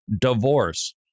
divorce